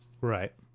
Right